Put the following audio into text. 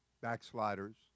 backsliders